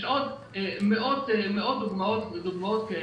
יש עוד מאות דוגמאות כאלה.